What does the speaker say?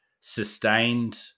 sustained